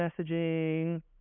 messaging